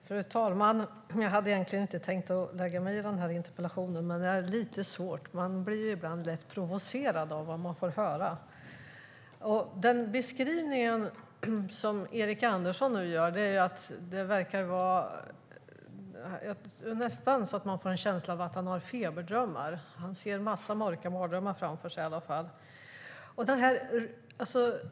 Fru talman! Jag hade egentligen inte tänkt lägga mig i den här interpellationsdebatten, men det är lite svårt att låta bli. Man blir ibland lätt provocerad av vad man får höra. Av beskrivningen som Erik Andersson gör får man nästan känslan att han har feberdrömmar. Han ser i alla fall massor av mörka mardrömmar framför sig.